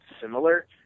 similar